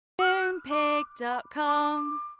Moonpig.com